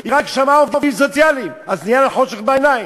היא רק שמעה "עובדים סוציאליים" ונהיה לה חושך בעיניים.